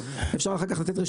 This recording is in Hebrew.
אפשר אחר כך לתת רשימה.